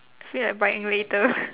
feel like buying later